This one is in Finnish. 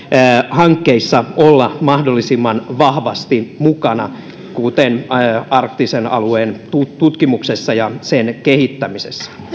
hankkeissa olla mahdollisimman vahvasti mukana kuten arktisen alueen tutkimuksessa ja sen kehittämisessä